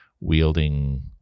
wielding